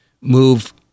move